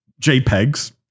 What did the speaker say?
JPEGs